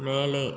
மேலே